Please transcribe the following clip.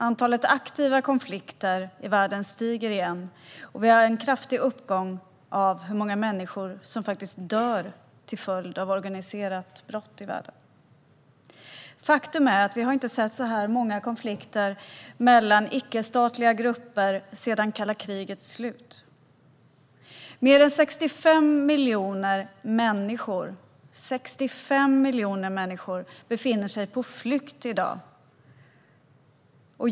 Antalet aktiva konflikter i världen stiger igen, och det är en kraftig uppgång i antalet människor som dör till följd av organiserat brott i världen. Faktum är att vi inte har sett så här många konflikter mellan icke-statliga grupper sedan kalla krigets slut. Mer än 65 miljoner människor befinner sig på flykt i dag.